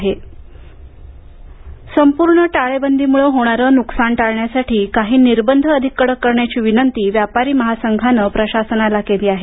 व्यापारी महासंघ संपूर्ण टाळेबंदीमुळं होणारं नुकसान टाळण्यासाठी काही निर्बंध अधिक कडक करण्याची विनंती व्यापारी महासंघानं प्रशासनाला केली आहे